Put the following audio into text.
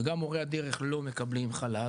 וגם מורי הדרך לא מקבלים חל"ת,